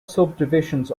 subdivisions